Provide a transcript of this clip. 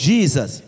Jesus